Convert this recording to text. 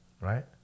right